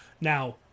now